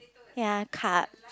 ya card